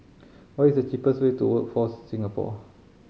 what is the cheapest way to Workforce Singapore